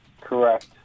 Correct